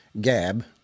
Gab